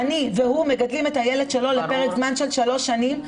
אני והוא מגדלים את הילד שלו לפרק זמן של שלוש שנים,